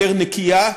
יותר נקייה,